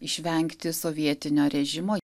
išvengti sovietinio režimo